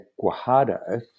Guajardo